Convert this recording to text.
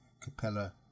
Capella